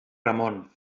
ramon